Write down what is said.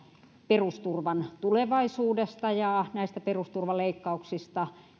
perusturvan tulevaisuudesta ja näistä perusturvaleikkauksista